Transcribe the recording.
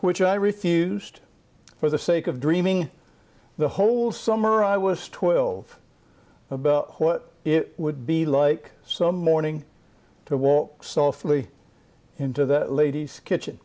which i refused for the sake of dreaming the whole summer i was twelve about what it would be like some morning to walk softly into that lady's kitchen